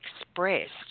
expressed